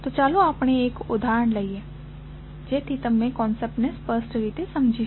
તો ચાલો આપણે એક ઉદાહરણ લઈએ જેથી તમે કોન્સેપ્ટ ને સ્પષ્ટ રીતે સમજી શકો